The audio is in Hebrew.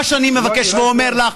מה שאני מבקש ואומר לך,